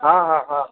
ହଁ ହଁ ହଁ